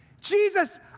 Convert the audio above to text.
Jesus